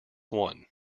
one